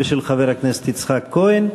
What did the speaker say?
ושל חבר הכנסת יצחק כהן.